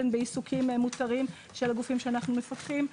בעיסוקים מותרים של הגופים שאנחנו מפקחים עליהם.